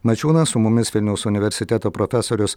mačiūnas su mumis vilniaus universiteto profesorius